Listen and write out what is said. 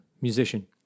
musician